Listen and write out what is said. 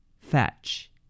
Fetch